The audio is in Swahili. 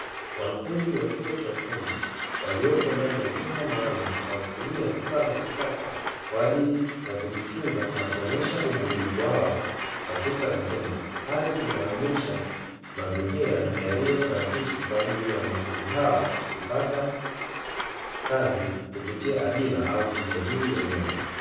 Wanafunzi wa chuo cha ufundi waliopo ndani ya chumba maalumu wakitumia vifaa vya kisasa kwa ajili ya kujifunza, na kuonesha ubunifu wao katika vitendo, hali inayoonesha mazingira yaliyo rafiki kwa ajili ya wanafunzi hao kupata kazi, kupitia ajira au kujajiri wenyewe.